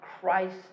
Christ